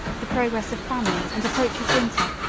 the progress of famine and approach of winter,